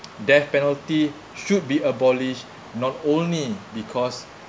death penalty should be abolished not only because